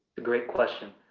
great question.